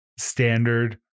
standard